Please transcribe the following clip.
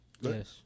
Yes